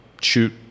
shoot